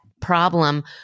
problem